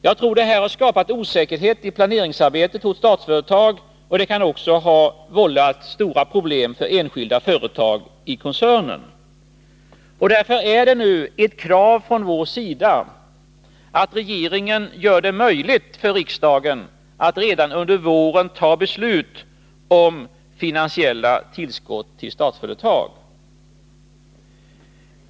Jag tror att det har skapat osäkerhet i planeringsarbetet hos Statsföretag, och det kan också ha vållat stora problem hos enskilda företag i koncernen. Därför är det nu ett krav från vår sida att regeringen gör det möjligt för riksdagen att redan under våren ta beslut om finansiella tillskott till Statsföretag.